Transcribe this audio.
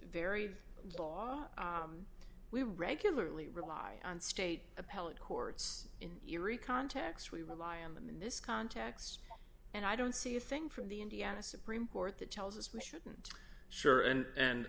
very law we regularly rely on state appellate courts in erie context we rely on them in this context and i don't see a thing from the indiana supreme court that tells us we shouldn't sure and